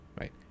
right